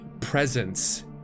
presence